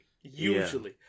Usually